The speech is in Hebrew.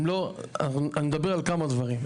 הם לא, אני מדבר על כמה דברים.